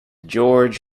george